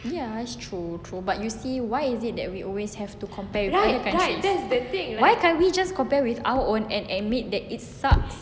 ya it's true true but you see why is it that we always have to compare with other countries why can't we just compare with our own and admit that it's sucks